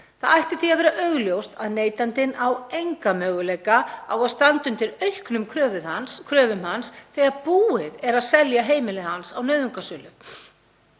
Það ætti því að vera augljóst að neytandinn á enga möguleika á að standa undir auknum kröfum hans þegar búið er að selja heimili hans á nauðungarsölu.